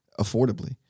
affordably